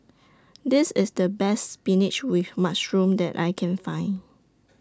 This IS The Best Spinach with Mushroom that I Can Find